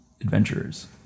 adventurers